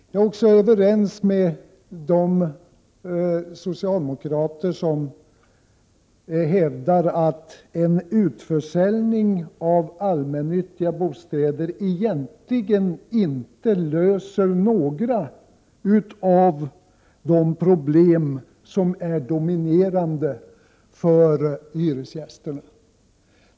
Jag är också överens med de socialdemokrater som hävdar att en utförsäljning av allmännyttiga bostäder egentligen inte löser några av de problem som dominerar bland hyresgästerna.